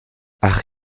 ach